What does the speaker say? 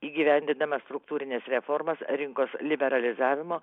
įgyvendindama struktūrines reformas rinkos liberalizavimo